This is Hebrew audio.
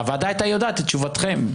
והוועדה הייתה יודעת את תשובתכם.